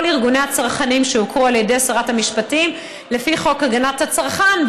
ארגוני הצרכנים שהוכרו על ידי שרת המשפטים לפי חוק הגנת הצרכן,